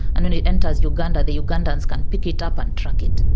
and when it enters uganda the ugandans can pick it up and track it.